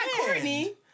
Courtney